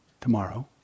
tomorrow